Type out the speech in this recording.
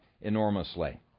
enormously